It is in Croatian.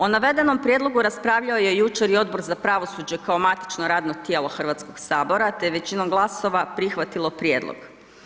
O navedenom prijedlogu raspravljao je jučer i Odbor za pravosuđe kao matično radno tijelo HS-a te je većinom glasova prihvatilo prijedlog.